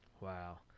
Wow